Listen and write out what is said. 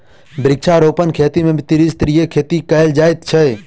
वृक्षारोपण खेती मे त्रिस्तरीय खेती कयल जाइत छै